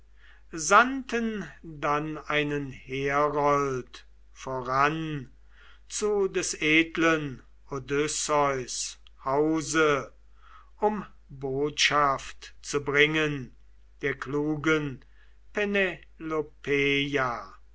sandten dann einen herold voran zu des edlen odysseus hause um botschaft zu bringen der klugen penelopeia